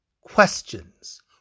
questions